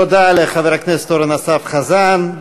תודה לחבר הכנסת אורן אסף חזן.